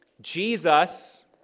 Jesus